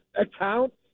accounts